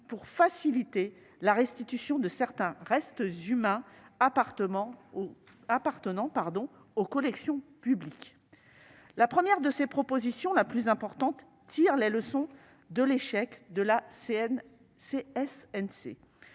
pour faciliter la restitution de certains restes humains appartenant aux collections publiques. La première de ces propositions, la plus importante, tire les leçons de l'échec de la CSNC,